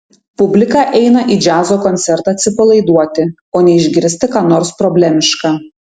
publika eina į džiazo koncertą atsipalaiduoti o ne išgirsti ką nors problemiška